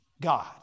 God